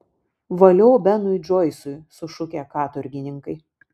valio benui džoisui sušukę katorgininkai